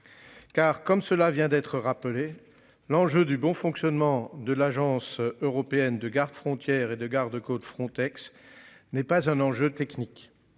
Car, comme cela vient d'être rappelé l'enjeu du bon fonctionnement de l'agence européenne de garde-frontières et de gardes-côtes Frontex n'est pas un enjeu technique.